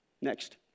Next